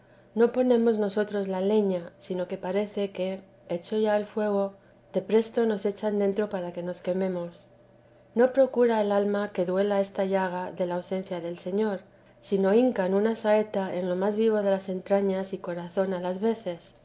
no ponemos nosotros la leña sino que parece que hecho ya el fuego de presto nos echan dentro para que nos quememos no procura el alma que duela esta llaga de la ausencia del señor sino que hincan una saeta en lo más vivo de las entrañas y corazón a las veces